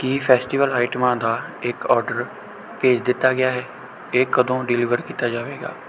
ਕੀ festival ਆਈਟਮਾਂ ਦਾ ਇੱਕ ਆਰਡਰ ਭੇਜ ਦਿੱਤਾ ਗਿਆ ਹੈ ਇਹ ਕਦੋਂ ਡਿਲੀਵਰ ਕੀਤਾ ਜਾਵੇਗਾ